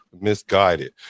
misguided